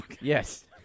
Yes